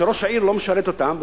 שראש העיר לא משרת אותם,